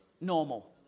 normal